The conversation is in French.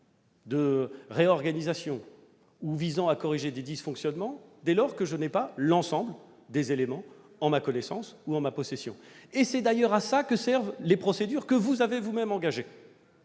de réorganisation ou visant à corriger des dysfonctionnements dès lors que je n'ai pas l'ensemble des éléments en ma possession. C'est d'ailleurs à ça que servent les procédures que vous avez vous-mêmes engagées.